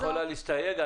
את יכולה להסתייג.